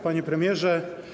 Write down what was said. Panie Premierze!